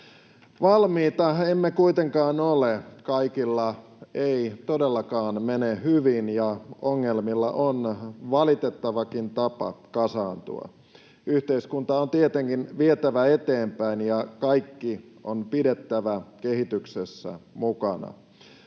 Valmiita emme kuitenkaan ole. Kaikilla ei todellakaan mene hyvin, ja ongelmilla on valitettavakin tapa kasaantua. Yhteiskuntaa on tietenkin vietävä eteenpäin, ja kaikki on pidettävä kehityksessä mukana.